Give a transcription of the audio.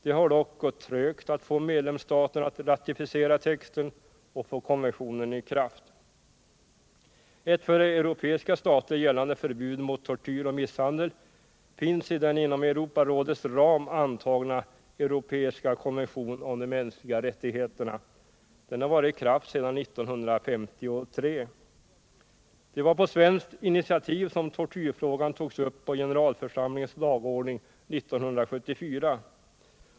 Det har dock gått trögt att få medlemsstaterna att ratificera texten och få konventionen i kraft. Ett för europeiska stater gällande förbud mot tortyr och misshandel finns i den inom Europarådets ram antagna europeiska konventionen om de mänskliga rättigheterna. Den har varit i kraft sedan 1953. Det var på svenskt initiativ som tortyrfrågan togs upp på generalförsamlingens dagordning 1974.